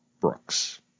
Brooks